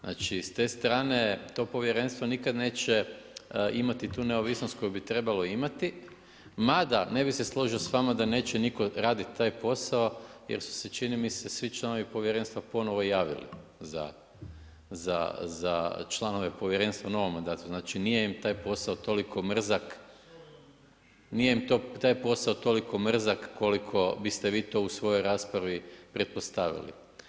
Znači s te strane to povjerenstvo nikad neće imati tu neovisnost koju bi trebalo imati, mada ne bi se složio s vama da neće nitko raditi taj posao jer su se čini mi se, svi članovi povjerenstva ponovo javili za članove povjerenstva u novom mandatu, znači nije im taj posao taj posao toliko mrzak biste vi u toj svojoj raspravi pretpostavili.